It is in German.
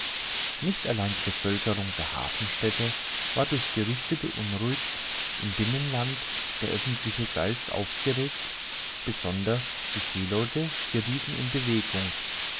nicht allein die bevölkerung der hafenstädte war durch gerüchte beunruhigt im binnenlande der öffentliche geist aufgeregt besonders die seeleute geriethen in bewegung